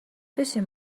بشین